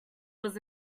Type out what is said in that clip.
was